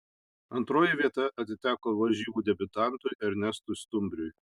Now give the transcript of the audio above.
antroji vieta atiteko varžybų debiutantui ernestui stumbriui